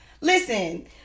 listen